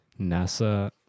NASA